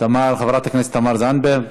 חברת הכנסת תמר זנדברג,